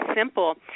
simple